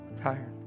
tired